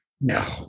No